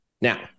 Now